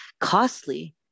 costly